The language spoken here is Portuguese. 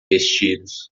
vestidos